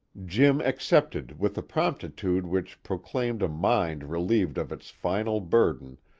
jim accepted with a promptitude which proclaimed a mind relieved of its final burden,